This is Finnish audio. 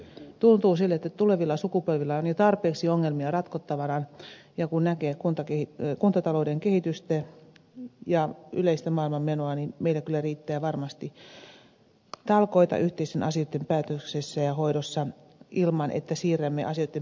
tuntuu siltä että tulevilla sukupolvilla on jo tarpeeksi ongelmia ratkottavanaan ja kun katsoo kuntatalouden kehitystä ja yleistä maailmanmenoa niin meillä kyllä riittää varmasti talkoita yhteisten asioitten päättämisessä ja hoidossa ilman että siirrämme asioitten päätöksiä tulevaisuuteen